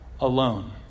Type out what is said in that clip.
alone